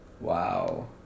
Wow